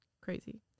crazy